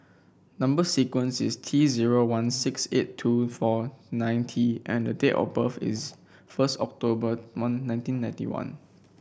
number sequence is T zero one six eight two four nine T and date of birth is first October one nineteen ninety one